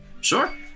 Sure